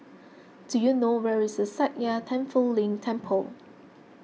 do you know where is Sakya Tenphel Ling Temple